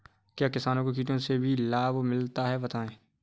क्या किसानों को कीटों से लाभ भी मिलता है बताएँ?